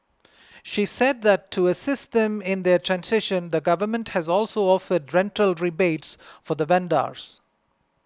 she said that to assist them in their transition the government has also offered rental rebates for the vendors